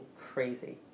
crazy